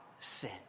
sin